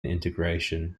integration